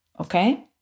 okay